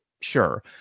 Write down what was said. Sure